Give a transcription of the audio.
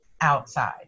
outside